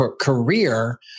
career